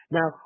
Now